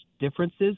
differences